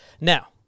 Now